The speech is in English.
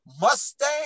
Mustang